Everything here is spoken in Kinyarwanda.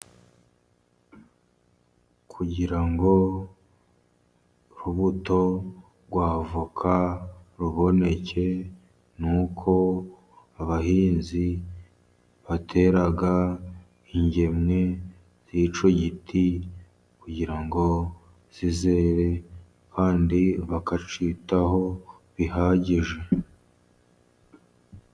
Kugira ngo urubuto rwa voka ruboneke nuko abahinzi batera ingemwe zicyo giti kugira ngo zizere kandi bakacyitaho bihagije.